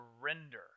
surrender